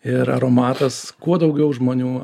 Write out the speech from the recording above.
ir aromatas kuo daugiau žmonių